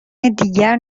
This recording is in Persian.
دیگر